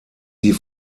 die